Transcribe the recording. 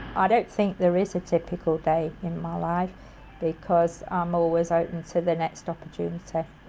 don't think there is a typical day in my life because i'm always open to the next opportunity.